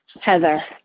Heather